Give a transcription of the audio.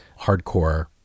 hardcore